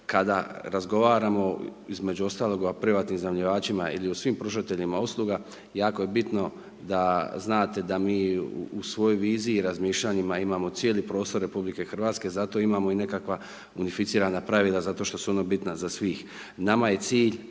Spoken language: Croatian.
kada razgovaramo, između ostalog o privatnim iznajmljivačima ili svim pružateljima usluga, jako je bitno da znate da mi u svojoj viziji i razmišljanjima imamo cijeli prostor RH. Zato imamo i nekakva…/Govornik se ne razumije/… pravila zato što su ona bitna za svih. Nama je cilj